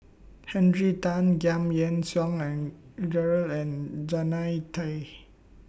Henry Tan Giam Yean Song and Gerald and Jannie Tay